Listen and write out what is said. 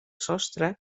sostre